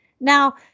Now